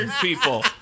people